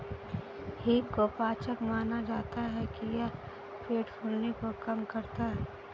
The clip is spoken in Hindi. हींग को पाचक माना जाता है कि यह पेट फूलने को कम करता है